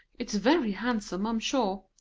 it's very handsome, i'm sure.